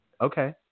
okay